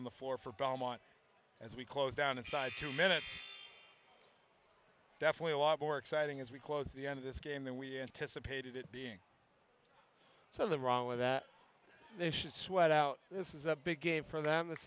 on the floor for belmont as we close down inside two minutes definitely a lot more exciting as we close the end of this game than we anticipated it being so the wrong way that they should sweat out this is a big game for them this